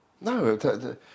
No